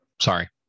Sorry